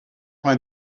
vingt